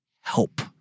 Help